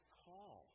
call